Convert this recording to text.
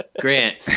grant